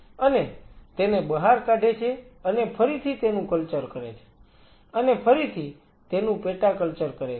અને તેને બહાર કાઢે છે અને ફરીથી તેનું કલ્ચર કરે છે અને ફરીથી તેનું પેટા કલ્ચર કરે છે